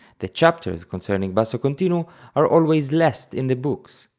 the chapters concerning basso continuo are always last in the books,